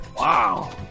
Wow